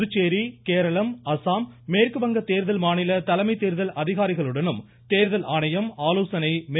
புதுச்சேரி கேரளம் அஸ்ஸாம் மேற்குவங்க தேர்தல் மாநில தலைமை தேர்தல் அதிகாரிகளுடன் தேர்தல் ஆணையம் ஆலோசனை மேற்கொண்டு வருகிறது